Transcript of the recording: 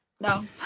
No